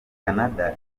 canada